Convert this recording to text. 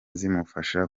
zimufasha